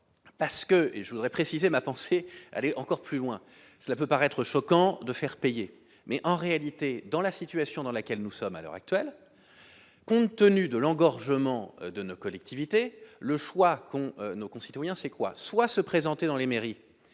parce que, et je voudrais préciser ma pensée, aller encore plus loin, cela peut paraître choquant de faire payer, mais en réalité, dans la situation dans laquelle nous sommes à l'heure actuelle, compte tenu de l'engorgement de nos collectivités le choix qu'ont nos concitoyens, c'est quoi,